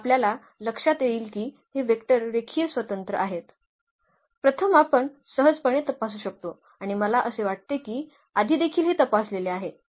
तर आता आपल्या लक्षात येईल की हे वेक्टर रेखीय स्वतंत्र आहेत प्रथम आपण सहजपणे तपासू शकतो आणि मला असे वाटते की आधी देखील हे तपासलेले आहे